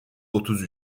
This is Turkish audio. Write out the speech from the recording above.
otuz